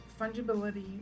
fungibility